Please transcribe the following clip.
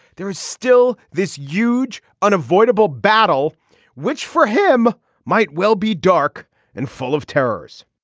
there is still this huge unavoidable battle which for him might well be dark and full of terrors